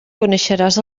coneixeràs